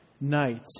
night